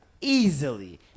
easily